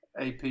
AP